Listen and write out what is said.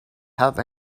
have